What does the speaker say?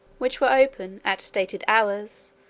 which were open, at stated hours,